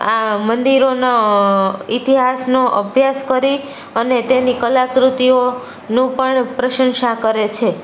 આ મંદિરોના ઇતિહાસનો અભ્યાસ કરી અને તેની કલાકૃતિઓ ની પણ પ્રશંસા કરે છે